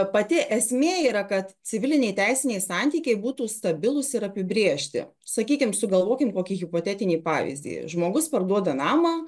pati esmė yra kad civiliniai teisiniai santykiai būtų stabilūs ir apibrėžti sakykim sugalvokim kokį hipotetinį pavyzdį žmogus parduoda namą